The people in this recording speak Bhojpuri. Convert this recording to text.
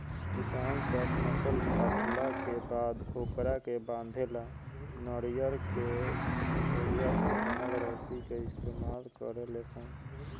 किसान सन फसल काटला के बाद ओकरा के बांधे ला नरियर के खोइया से बनल रसरी के इस्तमाल करेले सन